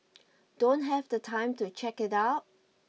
don't have the time to check it out